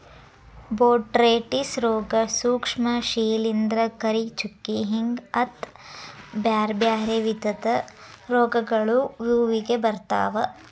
botrytis ರೋಗ, ಸೂಕ್ಷ್ಮ ಶಿಲಿಂದ್ರ, ಕರಿಚುಕ್ಕಿ ಹಿಂಗ ಹತ್ತ್ ಬ್ಯಾರ್ಬ್ಯಾರೇ ವಿಧದ ರೋಗಗಳು ಹೂವಿಗೆ ಬರ್ತಾವ